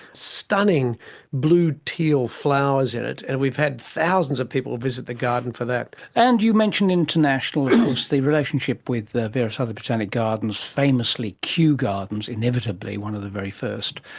stunning blue teal flowers in it. and we've had thousands of people visit the garden for that. and you mentioned international, of course the relationship with the various other botanic gardens, famously kew gardens, inevitably, one of the very first,